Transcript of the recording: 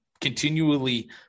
continually